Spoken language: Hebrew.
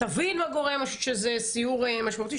אני חושבת שזה סיור משמעותי,